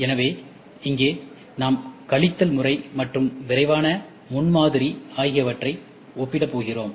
எனவே இங்கே நாம் கழித்தல் முறை மற்றும் விரைவான முன்மாதிரி ஆகியவற்றை ஒப்பிடப் போகிறோம்